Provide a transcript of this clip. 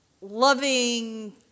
loving